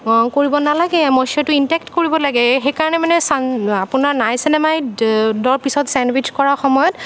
কৰিব নালাগে মইশ্ৱাৰটো ইনটেক্ট কৰিব লাগে সেইকাৰণে মানে চান আপোনাৰ নাইচিনামাইডৰ পিছত ছেণ্ডউইচ কৰা সময়ত